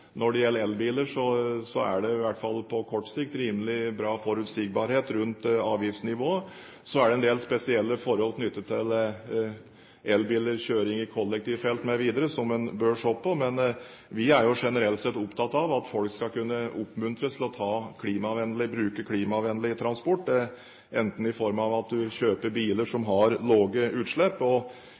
når det gjelder elbiler, er det i hvert fall på kort sikt rimelig bra forutsigbarhet rundt avgiftsnivået. Så er det en del spesielle forhold knyttet til elbiler – kjøring i kollektivfelt mv. – som en bør se på, men vi er generelt sett opptatt av at folk skal kunne oppmuntres til å bruke klimavennlig transport, i form av at en kjøper biler som har